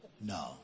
No